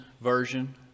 Version